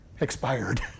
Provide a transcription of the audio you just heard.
expired